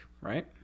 right